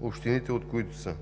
общините, от които са: